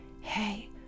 hey